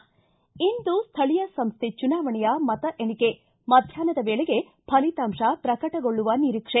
ಿ ಇಂದು ಸ್ಥಳೀಯ ಸಂಸ್ಥೆ ಚುನಾವಣೆಯ ಮತ ಎಣಿಕೆ ಮಧ್ಯಾಹ್ನದ ವೇಳೆಗೆ ಫಲಿತಾಂತ ಪ್ರಕಟಗೊಳ್ಳುವ ನಿರೀಕ್ಷೆ